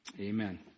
amen